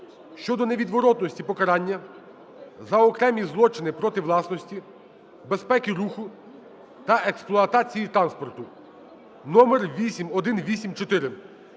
щодо невідворотності покарання за окремі злочини проти власності, безпеки руху та експлуатації транспорту (№8184).